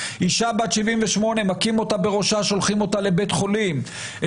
אישה בת 78 מכים אותה בראשה שולחים אותה לבית חולים,